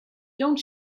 don’t